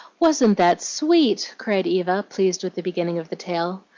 wasn't that sweet? cried eva, pleased with the beginning of the tale.